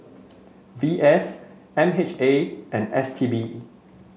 V S M H A and S T B